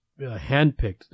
handpicked